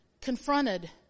confronted